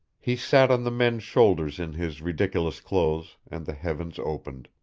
he sat on the men's shoulders in his ridiculous clothes, and the heavens opened.